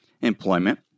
employment